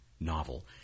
novel